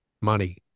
money